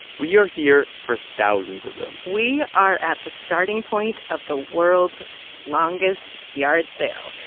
we are here for thousands of them we are at the starting point of the world's longest yard sale.